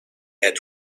had